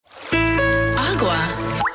Agua